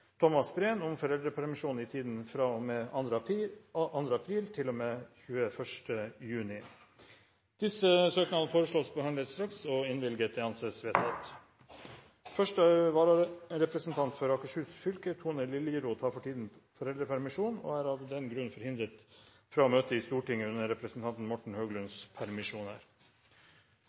Thomas Breen om foreldrepermisjon i tiden fra og med 2. april til og med 21. juni Disse søknader foreslås behandlet straks og innvilget. – Det anses vedtatt. Første vararepresentant for Akershus fylke, Tone Liljeroth, har for tiden foreldrepermisjon og er av den grunn forhindret fra å møte i Stortinget under representanten Morten Høglunds permisjoner.